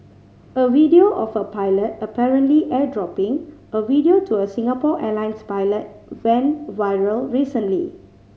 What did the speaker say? a video of a pilot apparently airdropping a video to a Singapore Airlines pilot went viral recently